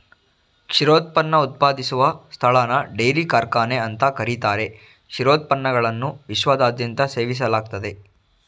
ಕ್ಷೀರೋತ್ಪನ್ನ ಉತ್ಪಾದಿಸುವ ಸ್ಥಳನ ಡೈರಿ ಕಾರ್ಖಾನೆ ಅಂತ ಕರೀತಾರೆ ಕ್ಷೀರೋತ್ಪನ್ನಗಳನ್ನು ವಿಶ್ವದಾದ್ಯಂತ ಸೇವಿಸಲಾಗ್ತದೆ